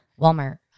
Walmart